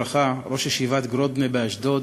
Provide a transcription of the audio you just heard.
ראש ישיבת גרודנה באשדוד,